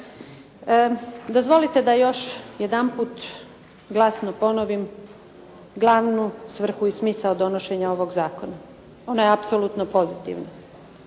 Dozvolite da još jedanput glasno ponovim glavnu svrhu i smisao donošenja ovog zakona. Ona je apsolutno pozitivna.